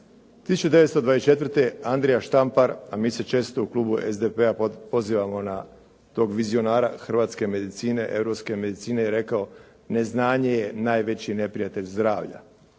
1924. Andrija Štampar, a mi se često u klubu SDP-a pozivamo na tog vizionara hrvatske medicine, europske medicine je rekao: "Neznanje je najveći neprijatelj zdravlja."